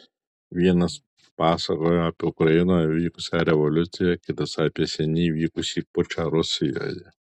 vienas pasakojo apie ukrainoje vykusią revoliuciją kitas apie seniai vykusį pučą rusijoje